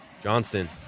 Johnston